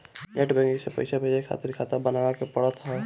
net banking से पईसा भेजे खातिर खाता बानवे के पड़त हअ